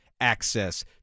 access